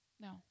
No